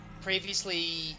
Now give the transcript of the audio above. previously